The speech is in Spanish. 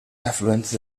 afluente